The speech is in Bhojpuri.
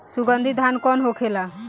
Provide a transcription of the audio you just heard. सुगन्धित धान कौन होखेला?